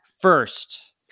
First